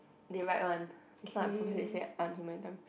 they write one it's not I pull say say undermine them